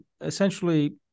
essentially